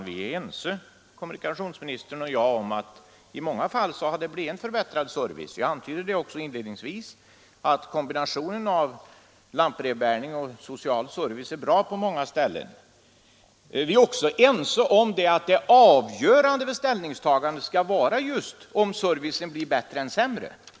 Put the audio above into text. Herr talman! Kommunikationsministern och jag är överens om att det i många fall har blivit en förbättrad service. Jag antydde också inledningsvis att kombinationen av lantbrevbäring och social service är bra på många ställen. Vi är även ense om att det avgörande för ställningstagandet skall vara just om servicen blir bättre eller sämre.